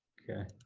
okay.